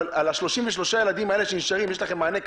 אבל על ה-33 ילדים האלה יש לכם מענה כספי?